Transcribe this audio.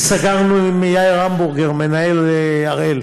וסגרנו עם יאיר המבורגר, מנהל "הראל",